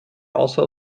also